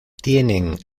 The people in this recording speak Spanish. tienen